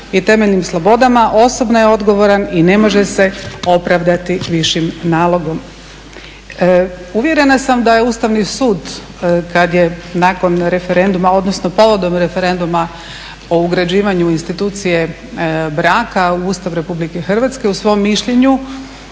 i temeljnim slobodama osobno je odgovoran i ne može se opravdati višim nalogom. Uvjerena sam da je Ustavni sud kad je nakon referenduma, odnosno povodom referenduma o ugrađivanju institucije braka u Ustav RH u svom mišljenju